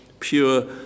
pure